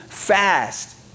Fast